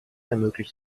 ermöglicht